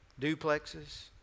duplexes